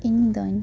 ᱤᱧ ᱫᱩᱧ